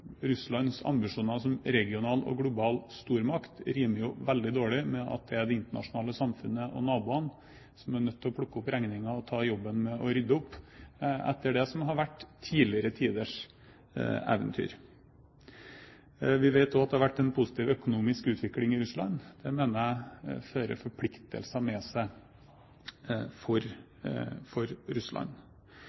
det er det internasjonale samfunnet og naboene som er nødt til å plukke opp regningen, og ta jobben med å rydde opp etter det som har vært tidligere tiders eventyr. Vi vet også at det har vært en positiv økonomisk utvikling i Russland. Det mener jeg fører forpliktelser med seg for Russland.